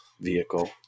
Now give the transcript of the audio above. vehicle